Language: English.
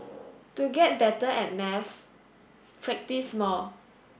to get better at maths practise more